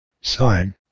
Sign